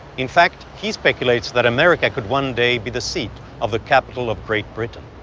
in fact, he speculates that america could one day be the seat of the capitol of great britain.